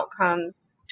outcomes